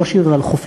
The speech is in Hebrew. הוא לא שיר על חופים,